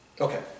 Okay